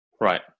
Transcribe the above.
Right